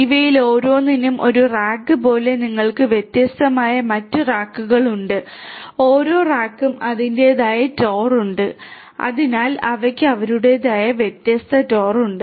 ഇവയിൽ ഓരോന്നും ഒരു റാക്ക് പോലെ നിങ്ങൾക്ക് വ്യത്യസ്തമായ മറ്റ് റാക്കുകൾ ഉണ്ട് ഓരോ റാക്ക്ക്കും അതിന്റേതായ TOR ഉണ്ട് അതിനാൽ അവയ്ക്ക് അവരുടേതായ വ്യത്യസ്ത TOR ഉണ്ട്